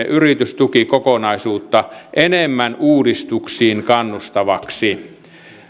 yritystukikokonaisuutta enemmän uudistuksiin kannustavaksi